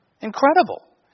Incredible